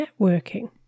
networking